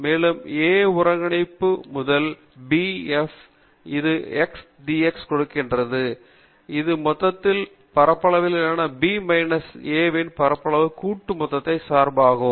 மேலும் a ஒருங்கிணைபு முதல் bf அது x dx கொடுக்கப்படுகிறது இது மொத்தத்தில் பரவளவிலான b மைனஸ் a வின் பரவலான கூட்டு மொத்ததை சார்பாக இருக்கும்